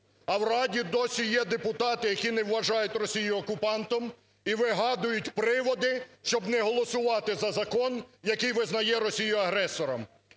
А в Раді досі є депутати, які не вважають Росію окупантом і вигадують приводи, щоб не голосувати за закон, який визнає Росію агресором.